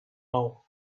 now